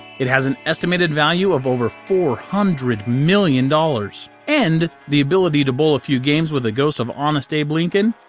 it has an estimated value of over four hundred million dollars, and the ability to bowl a few games with the ghost of honest abe lincoln.